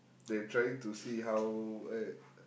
they are trying to see how eh